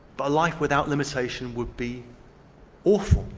but life without limitation would be awful.